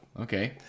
Okay